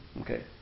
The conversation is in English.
Okay